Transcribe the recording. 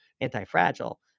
anti-fragile